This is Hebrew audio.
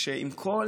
שעם כל